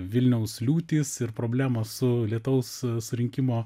vilniaus liūtys ir problemos su lietaus surinkimo